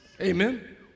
Amen